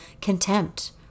contempt